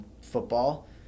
football